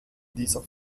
dieser